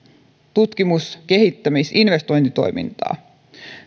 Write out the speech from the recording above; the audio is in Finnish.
tutkimus kehittämis ja investointitoimintaa